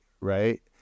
right